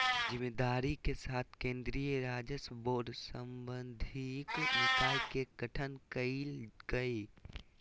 जिम्मेदारी के साथ केन्द्रीय राजस्व बोर्ड सांविधिक निकाय के गठन कइल कय